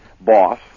boss